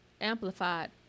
Amplified